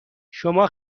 شما